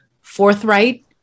forthright